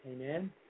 Amen